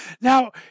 Now